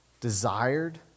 desired